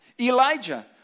Elijah